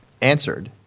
answered